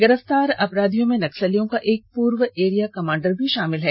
गिरफ्तार अपराधियों में नक्सलियों का एक पूर्व एरिया कमांडर भी शामिल है